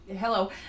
Hello